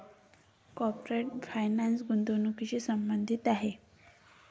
corporate finance गुंतवणुकीशी संबंधित आहे